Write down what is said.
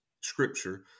scripture